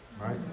right